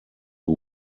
who